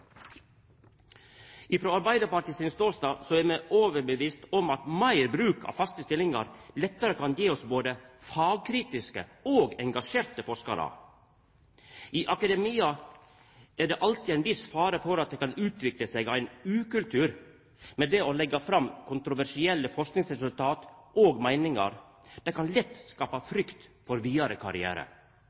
Arbeidarpartiet sin ståstad er me overbevist om at meir bruk av faste stillingar lettare kan gje oss både fagkritiske og engasjerte forskarar. I akademia er det alltid ein viss fare for at det kan utvikla seg ein ukultur, der det å leggja fram kontroversielle forskingsresultat og meiningar lett kan skapa frykt med omsyn til vidare karriere.